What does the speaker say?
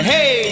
Hey